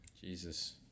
Jesus